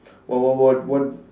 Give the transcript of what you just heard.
what what what what